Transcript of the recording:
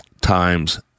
times